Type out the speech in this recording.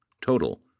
Total